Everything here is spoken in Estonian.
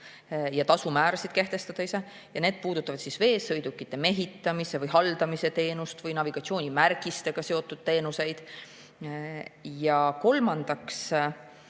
ja tasumäärasid kehtestada ise. Need puudutavad veesõidukite mehitamise või haldamise teenust või navigatsioonimärgistega seotud teenuseid. Ja kolmandaks,